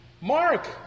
Mark